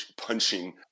punching